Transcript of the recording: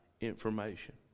information